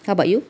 how about you